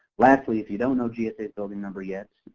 lastly, if you don't know gsa's building number yet,